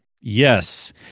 yes